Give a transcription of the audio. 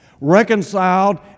Reconciled